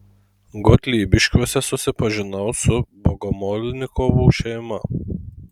gotlybiškiuose susipažinau su bogomolnikovų šeima